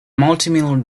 multimillion